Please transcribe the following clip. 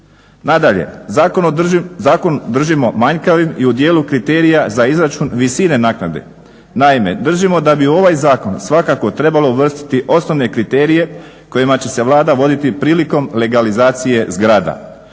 Nadalje, zakon držimo manjkavim i u dijelu kriterija za izračun visine naknade. Naime, držimo da bi u ovaj zakon svakako trebalo uvrstiti osnovne kriterije kojima će se Vlada voditi prilikom legalizacije zgrada.